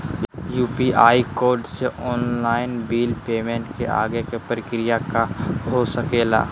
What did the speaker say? UPI code से online bill payment के आगे के प्रक्रिया का हो सके ला?